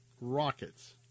rockets